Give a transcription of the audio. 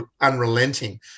unrelenting